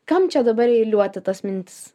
kam čia dabar eiliuoti tas mintis